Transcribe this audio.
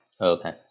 Okay